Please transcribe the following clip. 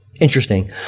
Interesting